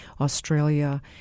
australia